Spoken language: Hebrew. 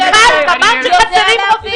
התחלת ואמרת שחסרים רופאים.